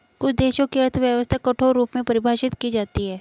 कुछ देशों की अर्थव्यवस्था कठोर रूप में परिभाषित की जाती हैं